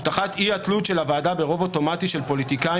הבטחת אי-התלות של הוועדה ברוב אוטומטי של פוליטיקאים